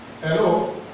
Hello